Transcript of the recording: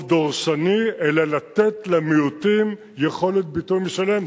דורסני אלא לתת למיעוטים יכולת ביטוי משלהם.